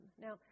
Now